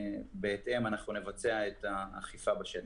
בהתאם אנחנו נבצע את האכיפה בשטח.